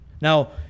Now